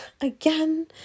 again